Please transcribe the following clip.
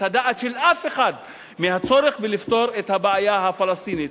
הדעת של אף אחד מהצורך לפתור את הבעיה הפלסטינית.